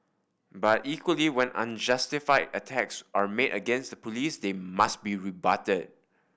but equally when unjustified attacks are made against the police they must be rebutted